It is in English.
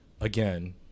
again